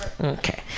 Okay